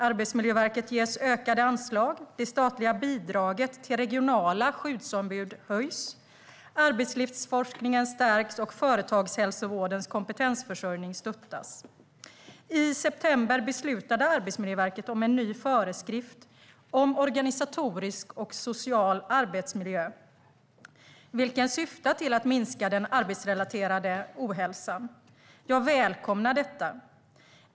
Arbetsmiljöverket ges ökade anslag, det statliga bidraget till regionala skyddsombud höjs, arbetslivsforskningen stärks och företagshälsovårdens kompetensförsörjning stöttas. I september beslutade Arbetsmiljöverket om en ny föreskrift om organisatorisk och social arbetsmiljö, vilken syftar till att minska den arbetsrelaterade ohälsan. Jag välkomnar detta.